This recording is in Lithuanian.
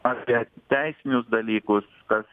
apie teisinius dalykus kas